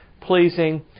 pleasing